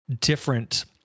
different